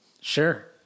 Sure